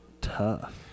tough